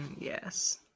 Yes